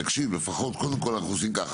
תקשיב לפחות קודם כל אנחנו עושים ככה,